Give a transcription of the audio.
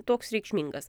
toks reikšmingas